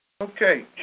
Okay